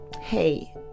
hey